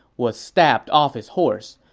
was stabbed off his horse.